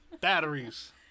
batteries